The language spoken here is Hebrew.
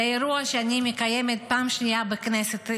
זה אירוע שאני מקיימת בפעם השנייה בכנסת.